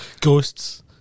Ghosts